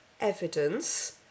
evidence